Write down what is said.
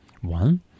One